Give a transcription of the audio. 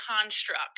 construct